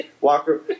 Walker